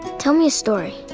tell me a story.